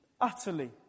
Utterly